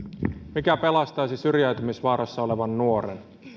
mikä pelastaisi syrjäytymisvaarassa olevan nuoren